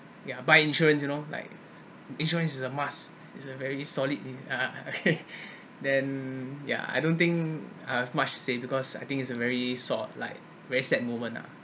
ya buy insurance you know like insurance is a must is a very solid uh okay then yeah I don't think I have much say because I think it's a very sort of like very sad moment ah